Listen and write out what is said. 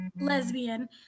lesbian